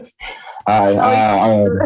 Hi